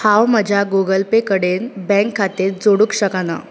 हांव म्हज्या Google Pay कडेन बँक खातें जोडूंक शकाना